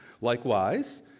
likewise